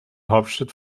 hauptstadt